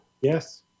Yes